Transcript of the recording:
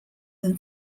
than